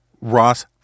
Ross